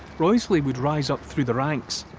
wriothesley would rise up through the ranks,